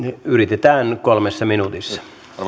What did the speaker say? yritetään kolmessa minuutissa